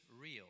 real